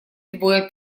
двое